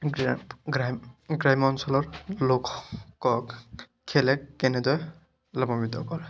গ্ৰা গ্ৰাম্য অঞ্চলৰ লোককক খেলে কেনেদৰে লাভাম্বিত কৰে